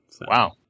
Wow